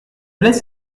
laisse